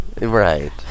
Right